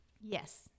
Yes